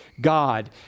God